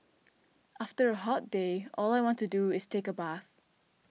after a hot day all I want to do is take a bath